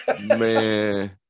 man